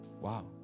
Wow